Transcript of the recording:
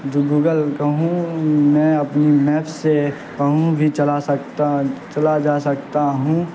جو گوگل کہوں میں اپنی میپ سے کہوں بھی چلا سکتا چلا جا سکتا ہوں